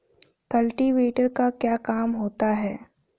Cultivator का क्या काम होता है?